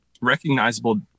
recognizable